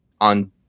On